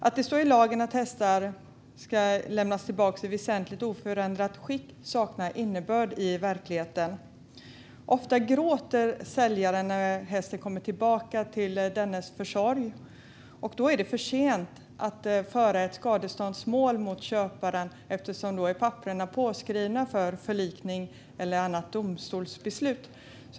Att det står i lagen att hästar ska lämnas tillbaka i väsentligt oförändrat skick saknar innebörd i verkligheten. Ofta gråter säljaren när hästen kommer tillbaka i dennes omsorg, och då är det för sent att föra ett skadeståndsmål mot köparen eftersom papperen då är påskrivna för förlikning eller annat domstolsbeslut.